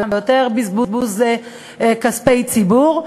ויותר בזבוז כספי ציבור,